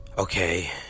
Okay